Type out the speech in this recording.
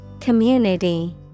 Community